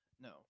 No